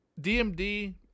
DMD